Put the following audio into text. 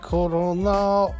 Corona